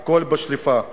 הכול בשליפה,